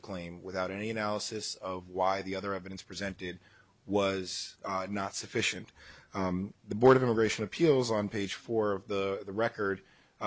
the claim without any analysis of why the other evidence presented was not sufficient the board of immigration appeals on page four of the record